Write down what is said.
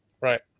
Right